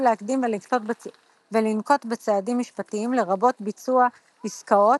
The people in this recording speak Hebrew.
להקדים ולנקוט בצעדים משפטים לרבות ביצוע עסקאות,